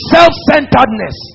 Self-centeredness